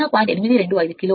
825 kilowatt అవుతుంది